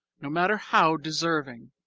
no matter how deserving.